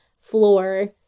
floor